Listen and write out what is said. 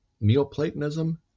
Neoplatonism